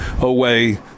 away